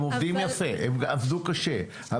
הם עובדים יפה, הם עבדו קשה.